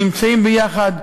נמצאים יחד,